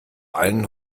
allen